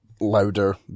louder